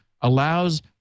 allows